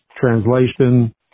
translation